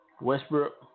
Westbrook